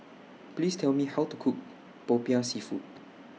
Please Tell Me How to Cook Popiah Seafood